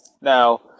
Now